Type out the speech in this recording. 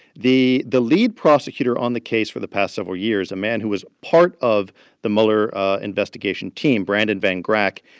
the the lead prosecutor on the case for the past several years a man who was part of the mueller investigation team brandon van grack